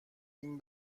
این